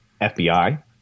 FBI